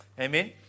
Amen